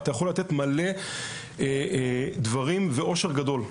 אתה יכול לתת מלא דברים ועושר גדול.